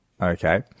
okay